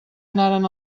anaren